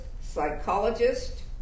psychologist